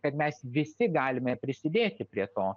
kad mes visi galime prisidėti prie to